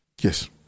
Yes